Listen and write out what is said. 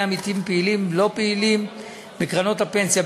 עמיתים פעילים ולא פעילים בקרנות הפנסיה,